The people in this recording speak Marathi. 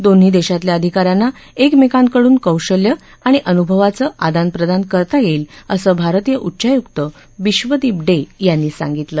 दोन्ही देशातल्या अधिका यांना एकमेकांकडून कौशल्य आणि अनुभवाचं आदान प्रदान करता येईल असं भारतीय उच्चायुक्त बिश्वदीप डे यांनी सांगितलं